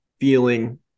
feeling